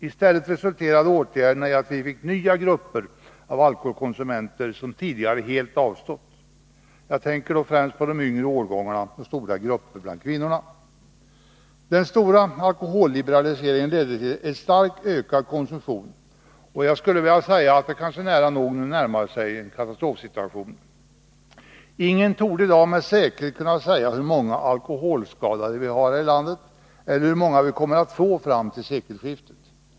I stället resulterade åtgärderna i att vi fick nya grupper av alkoholkonsumenter som tidigare helt avstått. Jag tänker då främst på de yngre årgångarna och stora grupper bland kvinnorna. Den stora alkoholliberaliseringen ledde till en starkt ökad konsumtion, och jag skulle vilja säga att det nära nog närmade sig en katastrofsituation. Ingen torde i dag med säkerhet kunna säga hur många alkoholskadade vi har här i landet eller hur många vi kommer att få fram till sekelskiftet.